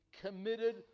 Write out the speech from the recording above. committed